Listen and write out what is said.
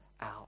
out